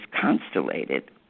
constellated